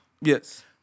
Yes